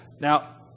Now